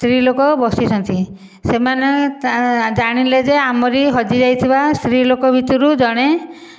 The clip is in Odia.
ସ୍ତ୍ରୀଲୋକ ବସିଛନ୍ତି ସେମାନେ ଜାଣିଲେ ଯେ ଆମରି ହଜିଯାଇଥିବା ସ୍ତ୍ରୀଲୋକ ଭିତରୁ ଜଣେ